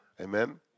Amen